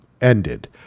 ended